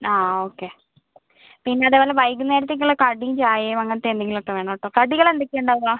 ആ ഓക്കെ പിന്നെ അതുപോലെ വൈകുന്നേരത്തേക്കുള്ള കടിയും ചായയും അങ്ങനത്തെ എന്തെങ്കിലും വേണം കേട്ടോ കടികൾ എന്തൊക്കെ ഉണ്ടാവുക